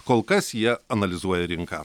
kol kas jie analizuoja rinką